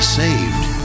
saved